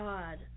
God